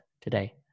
today